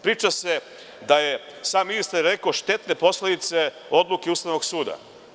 Priča se da je sam ministar rekao – štetne posledice odluke Ustavnog suda.